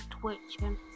twitching